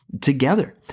together